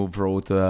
wrote